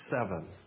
seven